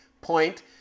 Point